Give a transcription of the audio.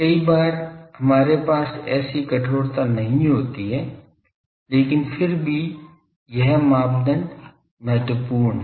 कई बार हमारे पास ऐसी कठोरता नहीं होती है लेकिन फिर भी यह मापदंड महत्वपूर्ण है